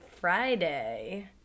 Friday